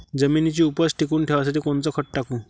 जमिनीची उपज टिकून ठेवासाठी कोनचं खत टाकू?